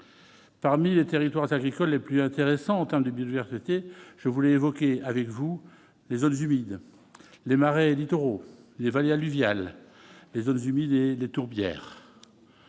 parmi les territoires agricoles les plus intéressants en terme de biodiversité je voulais évoquer avec vous, les zones humides, des marais littoraux les vallées alluviales, les zones humides et des tourbières,